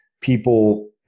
people